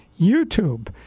YouTube